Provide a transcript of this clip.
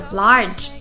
large 。